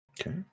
Okay